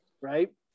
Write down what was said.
right